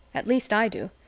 at least i do.